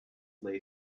lay